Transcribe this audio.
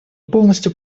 полностью